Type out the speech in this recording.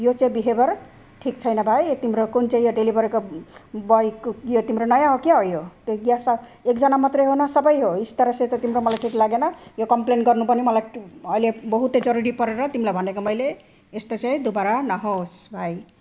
यो चाहिँ बिहेबियर ठिक छैन भाइ तिम्रो कुन चाहिँ यो डेलिभेरीको बोयको यो तिम्रो नयाँ हो क्या हो यो त्यो ग्यासा एकजना मात्रै हो न सबै हो इस तरह से त तिम्रो मलाई ठिक लागेन यो कम्प्लेन गर्नु पनि मलाई अहिले बहुतै जरुरी परेर तिमीलाई भनेको मैले यस्तो चाहिँ दुबारा नहोस् भाइ